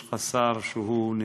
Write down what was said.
יש לך שר שהוא נמרץ